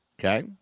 Okay